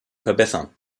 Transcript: verbessern